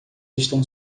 estão